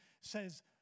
says